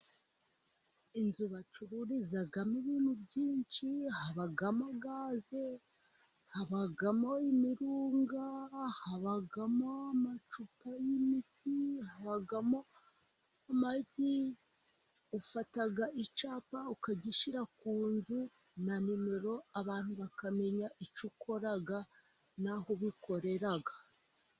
Inzu bacururizamo ibintu byinshi, habamo gaze, habamo imirunga, habamo amacupa y'imiti, habamo amagi, ufata icyapa ukagishyira ku nzu na nimero abantu bakamenya icyo ukora n'aho ubikorera.